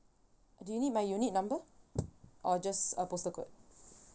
do you need my unit number or just a postal code